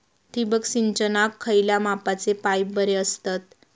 ठिबक सिंचनाक खयल्या मापाचे पाईप बरे असतत?